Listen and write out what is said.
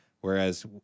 whereas